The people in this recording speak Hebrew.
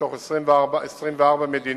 מתוך 24 מדינות